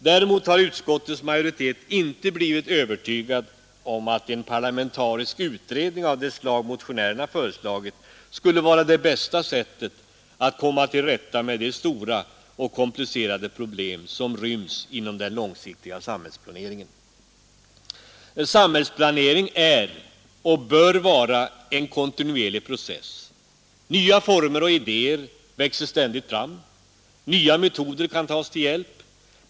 Däremot har utskottets majoritet inte blivit övertygad om att en parlamentarisk utredning av det slag motionärerna föreslagit skulle vara det bästa sättet att komma till rätta med de stora och komplicerade problem som ryms inom den långsiktiga samhällsplaneringen. Samhällsplanering är och bör vara en kontinuerlig process. Nya former ständigt Nya metoder kan tas till hjälp.